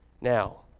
Now